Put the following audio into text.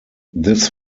this